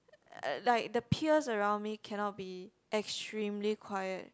uh like the peers around me cannot be extremely quiet